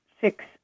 six